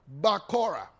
Bakora